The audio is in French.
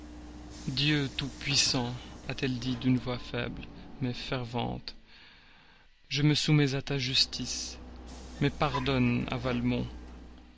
dieu tout-puissant a-t-elle dit d'une voix faible mais fervente je me soumets à ta justice mais pardonne à